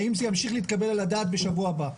האם זה ימשיך להתקבל על דעת הוועדה בשבוע הבא?